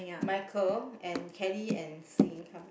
Micheal and Kelly and Shi-Ying come